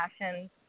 passions